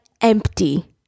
empty